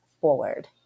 forward